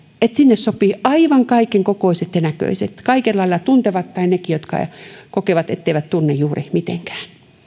että sinne sopivat aivan kaiken kokoiset ja näköiset ja kaikella lailla tuntevat tai nekin jotka kokevat etteivät tunne juuri mitenkään